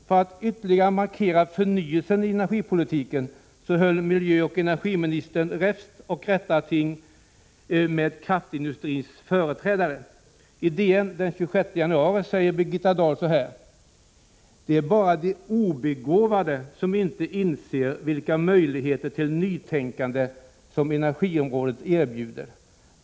För att ytterligare markera förnyelsen i energipolitiken höll miljöoch energiministern räfst och rättarting med kraftindustrins företrädare. I DN den 26 januari säger Birgitta Dahl så här: ”Det är bara de obegåvade som inte inser vilka möjligheter ett nytänkande på energiområdet erbjuder.